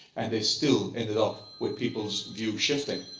and they still ended up with people's view shifting.